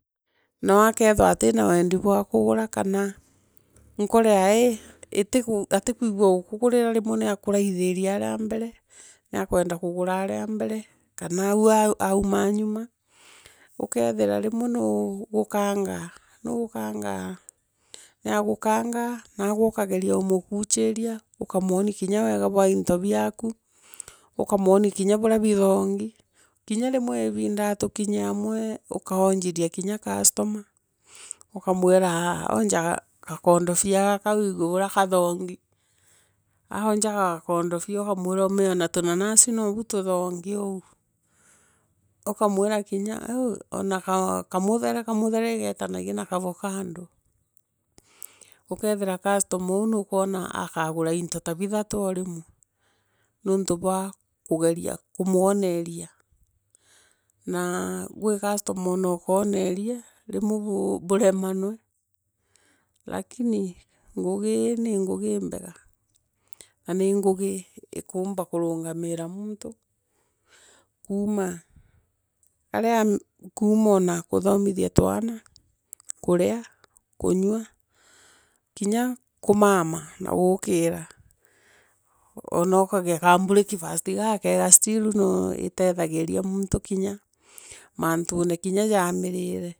Nowe akethira atina wendi bwa kugura kana nkoro yae itigo atikikwigua kuukugurira rimwe naakuraithi va ara mbere, niakwenda kugura ara mbere, kana aau aauma nyomae ukeethira rimwe nuu nuukukangaa niagukangoa nawe ukageria umukuchinoi, ukamworira kinya wega bwa into braku, utamwania linya urea bothongi, kinya rimwe ibindau tutunye amwe ukoonjithia kinya customer ukamwira oonja gakondofia gaka wiigue uvia kathongi aaonja gakondofia ukamwira ona furanasi noou futhongi oogu. Ukamworva kinya ona kamuthere yetanagia na kavondo. Ukethira customer oou akagira irito tu bithatu oorimwe nontho bwa kugeria kworieria gwi customer onookoneria rimwe kuremanwe lakini ngugi ii ni ngugi imbega. Na ni ngugi ikuumba kurugamira muntu kuuma aria kuuma ona kuthomithia twana, kurea, kunyua kina kumaoma na guukira ona ukogea kabreakfasti gaakega still no itethagiria montu kinya mantonekinya ja mire.